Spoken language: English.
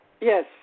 Yes